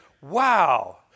wow